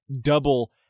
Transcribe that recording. double